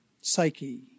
psyche